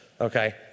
Okay